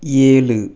ஏழு